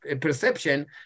perception